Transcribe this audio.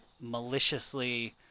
maliciously